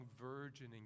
virgin